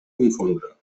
confondre